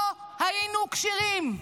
לא היינו כשירים.